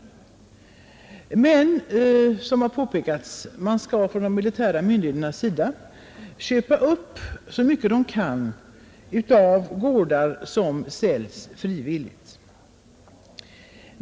Däremot skall de militära myndigheterna som det har påpekats, köpa upp så mycket de kan av gårdar som säljs frivilligt.